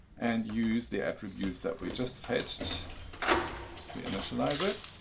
and use the attributes that we just fetched to initialize it.